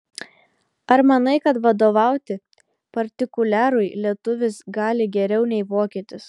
ar manai kad vadovauti partikuliarui lietuvis gali geriau nei vokietis